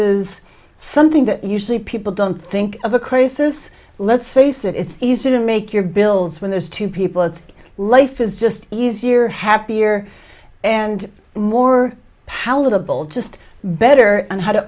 is something that usually people don't think of a crisis let's face it it's easier to make your bills when there's two people it's life is just easier happier and more how to build just better and how to